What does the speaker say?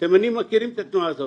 התימנים מכירים את התנועה הזאת,